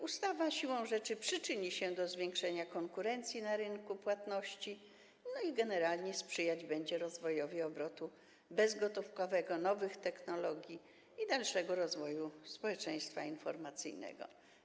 Ustawa siłą rzeczy przyczyni się do zwiększenia konkurencji na rynku płatności i generalnie będzie sprzyjać rozwojowi obrotu bezgotówkowego, nowych technologii i dalszemu rozwojowi społeczeństwa informacyjnego.